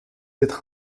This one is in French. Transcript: être